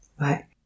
right